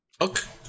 Okay